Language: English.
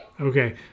Okay